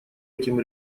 этим